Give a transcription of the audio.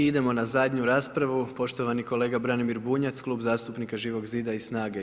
I idemo na zadnju raspravu, poštovani kolega Branimir Bunjac Klub zastupnika Živog zida i SNAGA-e.